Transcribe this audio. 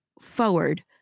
forward